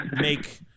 make